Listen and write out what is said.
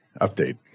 Update